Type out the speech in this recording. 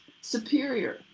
superior